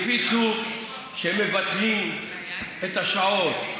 הפיצו שמבטלים את השעות,